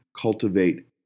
cultivate